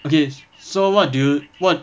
okay so what do you what